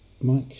mike